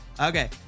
okay